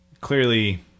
Clearly